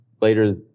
later